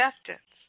acceptance